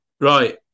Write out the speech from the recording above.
right